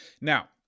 Now